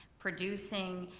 producing,